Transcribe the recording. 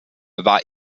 war